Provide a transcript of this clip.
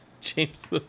James